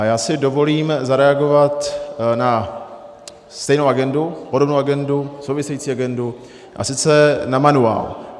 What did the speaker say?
Já si dovolím zareagovat na stejnou agendu, podobnou agendu, související agendu, a sice na manuál.